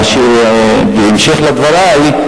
בהמשך דברי,